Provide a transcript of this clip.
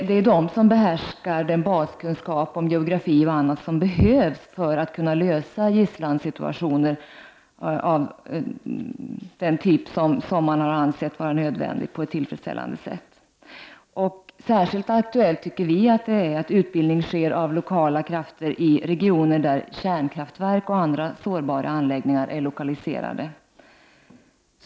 Det är de som behärskar den baskunskap om geografi och annat som behövs för att man skall kunna lösa gisslansituationer, av den typ som man ansett kan bli aktuella, på ett tillfredsställande sätt. Särskilt aktuellt tycker vi att det är att utbildning sker av lokala krafter i regioner där kärnkraftverk och andra sårbara anläggningar är lokaliserade.